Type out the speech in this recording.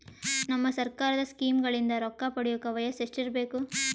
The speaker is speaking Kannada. ನಮ್ಮ ಸರ್ಕಾರದ ಸ್ಕೀಮ್ಗಳಿಂದ ರೊಕ್ಕ ಪಡಿಯಕ ವಯಸ್ಸು ಎಷ್ಟಿರಬೇಕು?